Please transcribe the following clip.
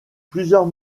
plusieurs